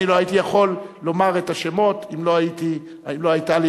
אני לא הייתי יכול לומר את השמות אם לא היתה לי